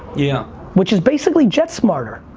yeah which is basically jet smarter,